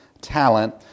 talent